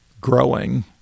growing